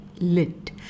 Lit